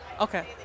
Okay